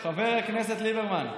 תחזור על השאלה הקודמת.